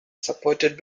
supported